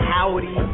Howdy